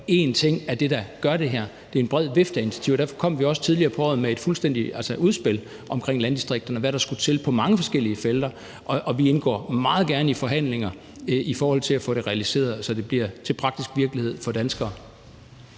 én ting, der gør det her. Det handler om en bred vifte af initiativer. Derfor kom vi også tidligere på året med et fuldstændigt udspil omkring landdistrikterne, og hvad der skulle til på mange forskellige felter. Og vi indgår meget gerne i forhandlinger i forhold til at få det realiseret, så det bliver til praktisk virkelighed for danskere.